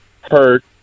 hurt